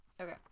Okay